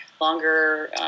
longer